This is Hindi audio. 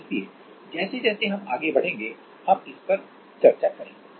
इसलिए जैसे जैसे हम आगे बढ़ेंगे हम इस पर चर्चा करेंगे